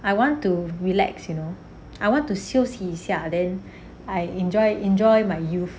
I want to relax you know I want to 休息一下 then I enjoy enjoy my youth